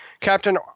Captain